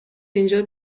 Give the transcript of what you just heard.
اینجا